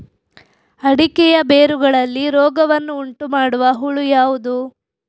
ಅಡಿಕೆಯ ಬೇರುಗಳಲ್ಲಿ ರೋಗವನ್ನು ಉಂಟುಮಾಡುವ ಹುಳು ಯಾವುದು?